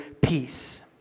peace